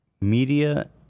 media